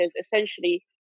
essentially